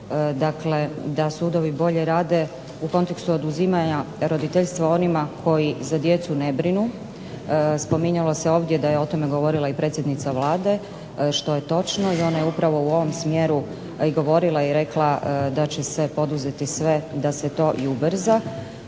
da sudovi bolje rade u kontekstu oduzimanja roditeljstva onima koji za djecu ne brinu. Spominjalo se ovdje da je o tome govorila i predsjednica Vlade što je točno i ona je upravo u ovom smjeru i govorila i rekla da će se poduzeti sve da se to i ubrza.